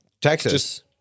Texas